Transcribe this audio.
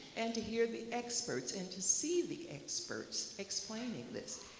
and to hear the experts and to see the experts explaining this.